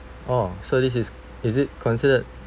orh so this is is it considered